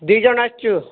ଦି ଜଣ ଆସିଛୁ